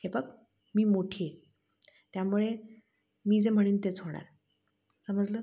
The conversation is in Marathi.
हे बघ मी मोठी आहे त्यामुळे मी जे म्हणीन तेच होणार समजलं